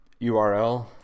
URL